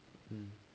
um